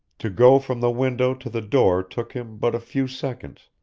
to go from the window to the door took him but a few seconds,